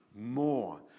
more